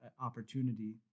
opportunity